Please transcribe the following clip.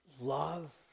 love